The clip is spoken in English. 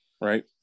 right